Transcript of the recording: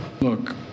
Look